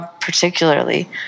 particularly